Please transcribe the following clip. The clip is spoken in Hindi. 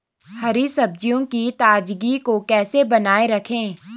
हरी सब्जियों की ताजगी को कैसे बनाये रखें?